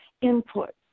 input